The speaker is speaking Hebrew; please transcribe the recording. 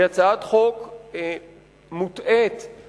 היא מוטעית ובעייתית.